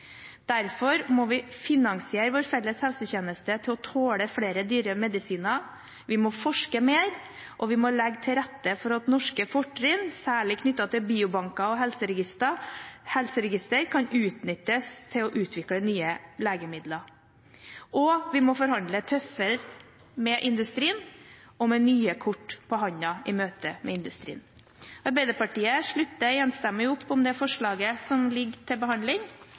Derfor må vi finansiere vår felles helsetjeneste til å tåle flere dyre medisiner. Vi må forske mer, og vi må legge til rette for at norske fortrinn, særlig knyttet til biobanker og helseregistre, kan utnyttes til å utvikle nye legemidler. Vi må også forhandle tøffere og med nye kort på hånden i møte med industrien. Arbeiderpartiet slutter enstemmig opp om forslaget som ligger til behandling,